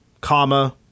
comma